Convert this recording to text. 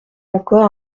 encore